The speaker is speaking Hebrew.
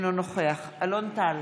אינו נוכח אלון טל,